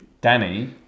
Danny